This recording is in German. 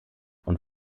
und